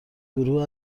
گروه